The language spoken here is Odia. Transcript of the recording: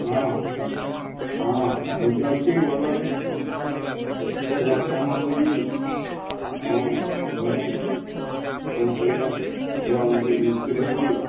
ହଁ ହଁ ଏମିତି ଅଛି ଭଲରେ ଏହିଠିତ ଯାହା କାମ ହେଉଛି କାମ ହେଉନାହିଁ କ'ଣ କରିବା ଚଳିବା ମୋ ପାଇଁ ମୁସ୍କିଲ ହେଉଛି